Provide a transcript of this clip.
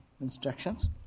instructions